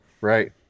Right